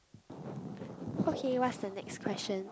okay what's the next question